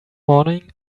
morning